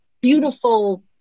beautiful